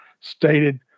stated